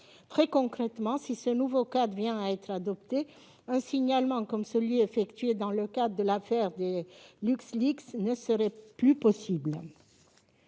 Très concrètement, si ce nouveau cadre venait à être adopté, un signalement comme celui qui a été effectué dans le cadre de l'affaire des ne serait plus possible.